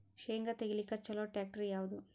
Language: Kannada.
ಶೇಂಗಾ ತೆಗಿಲಿಕ್ಕ ಚಲೋ ಟ್ಯಾಕ್ಟರಿ ಯಾವಾದು?